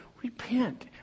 repent